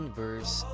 verse